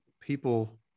people